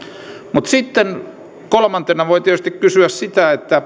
mutta sitten kolmantena voi tietysti kysyä sitä